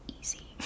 easy